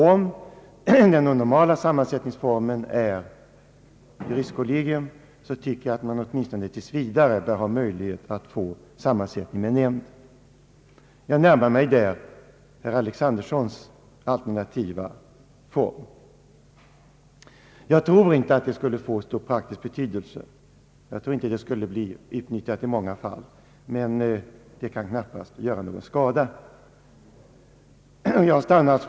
Om den normala sammansättningsformen är juristkollegium bör man alltså åtminstone tills vidare ha möjlighet att få sammansättning med nämnd. Jag närmar mig därvidlag herr Alexandersons alternativa form. Jag tror inte att det skulle få stor praktisk betydelse och att den möjligheten skulle bli utnyttjad i många fall, men det kan knappast göra någon skada med en sådan möjlighet.